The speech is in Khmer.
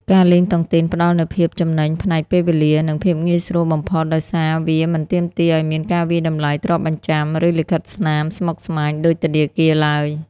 ការលេងតុងទីនផ្ដល់នូវភាពចំណេញផ្នែកពេលវេលា និងភាពងាយស្រួលបំផុត ដោយសារវាមិនទាមទារឱ្យមានការវាយតម្លៃទ្រព្យបញ្ចាំ ឬលិខិតស្នាមស្មុគស្មាញដូចធនាគារឡើយ។